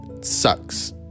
Sucks